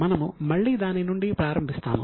మనము మళ్ళీ దాని నుండి ప్రారంభిస్తాము